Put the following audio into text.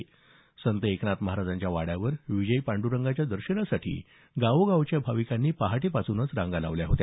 श्री संत एकनाथ महाराजांच्या वाड्यावर विजयी पांड्रंगाच्या दर्शनासाठी गावोगावच्या भाविकांनी पहाटेपासूनच गर्दी केली होती